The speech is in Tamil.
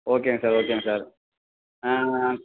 ஓகேங்க சார் ஓகேங்க சார்